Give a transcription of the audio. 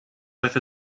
with